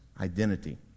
identity